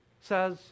says